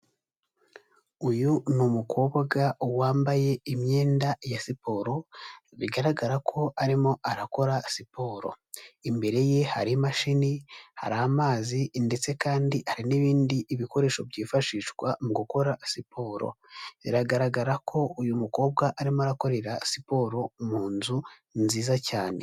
Uyu ni umukobwa wambaye imyenda ya siporo, bigaragara ko arimo arakora siporo, imbere ye hari imashini, hari amazi ndetse kandi hari n'ibindi bikoresho byifashishwa mu gukora siporo, biragaragara ko uyu mukobwa arimo akorera siporo mu nzu nziza cyane.